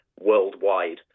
worldwide